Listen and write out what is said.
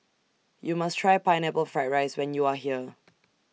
YOU must Try Pineapple Fried Rice when YOU Are here